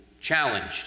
challenged